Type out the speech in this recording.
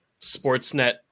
Sportsnet